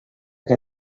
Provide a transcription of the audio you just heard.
què